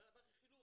מה רכילות?